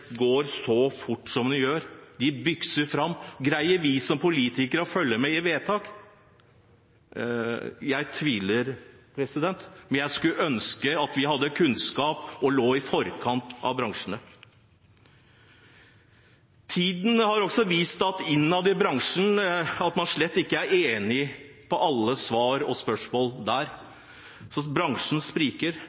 går så fort som den gjør; den bykser fram. Greier vi som politikere å følge opp med vedtak? Jeg tviler, men jeg skulle ønske at vi hadde kunnskap og lå i forkant av bransjen. Tiden har også vist at man innad i bransjen slett ikke er enig i alle spørsmål og svar. Så bransjen spriker.